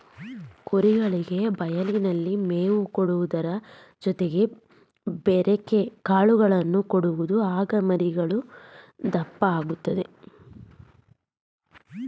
ಕುರಿಗಳಿಗೆ ಬಯಲಿನಲ್ಲಿ ಮೇವು ನೀಡುವುದರ ಜೊತೆಗೆ ಬೆರೆಕೆ ಕಾಳುಗಳನ್ನು ಕೊಡಬೇಕು ಆಗ ಮರಿಗಳು ದಪ್ಪ ಆಗುತ್ತದೆ